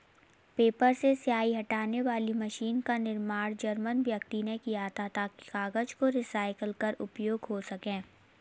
paper से स्याही हटाने वाली मशीन का निर्माण जर्मन व्यक्ति ने किया था ताकि कागज को रिसाईकल कर उपयोग हो सकें